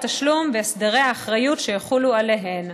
תשלום והסדרי האחריות שיחולו עליהן.